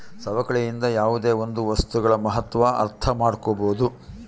ಸವಕಳಿಯಿಂದ ಯಾವುದೇ ಒಂದು ವಸ್ತುಗಳ ಮಹತ್ವ ಅರ್ಥ ಮಾಡ್ಕೋಬೋದು